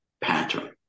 pattern